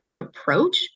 approach